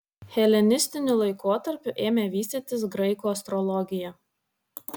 helenistiniu laikotarpiu ėmė vystytis graikų astrologija